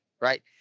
right